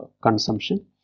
consumption